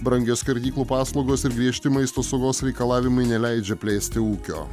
brangios skerdyklų paslaugos ir griežti maisto saugos reikalavimai neleidžia plėsti ūkio